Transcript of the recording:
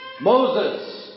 Moses